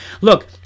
look